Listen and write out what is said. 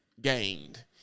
gained